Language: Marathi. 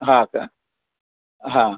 हा का हां